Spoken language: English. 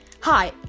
Hi